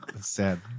sad